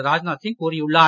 ராஜ்நாத் சிங் கூறியுள்ளார்